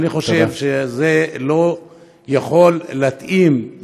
אני חושב שזה לא יכול להתאים,